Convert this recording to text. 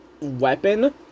weapon